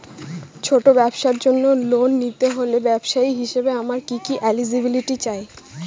ছোট ব্যবসার জন্য লোন নিতে হলে ব্যবসায়ী হিসেবে আমার কি কি এলিজিবিলিটি চাই?